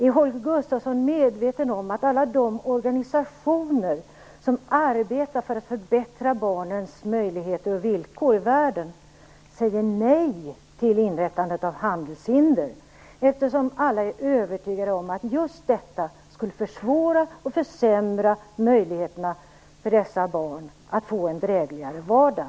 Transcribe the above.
Är Holger Gustafsson medveten om att alla de organisationer som arbetar för att förbättra barnens möjligheter och villkor i världen säger nej till inrättandet av handelshinder, eftersom alla är övertygade om att just detta skulle försämra och försvåra möjligheterna för dessa barn att få en drägligare vardag?